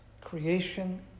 Creation